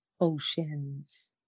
oceans